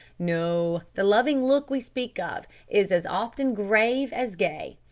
no, the loving look we speak of is as often grave as gay.